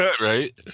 right